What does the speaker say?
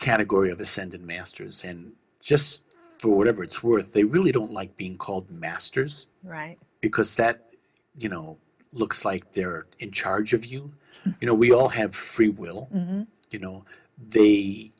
category of ascended masters and just for whatever it's worth they really don't like being called masters right because that you know looks like they're in charge of you you know we all have free will you know they